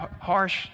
harsh